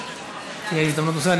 אז תהיה הזדמנות נוספת.